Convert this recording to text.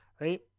Right